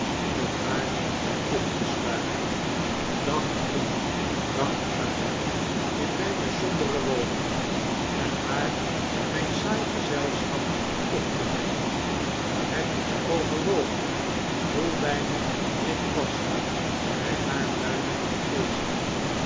om haar op te sluiten dag in dag uit in mijne sombere woning en haar mijn saai gezelschap op te dringen heb ik overwogen hoe weinig ik paste bij haar luimigem geest